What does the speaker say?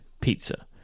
pizza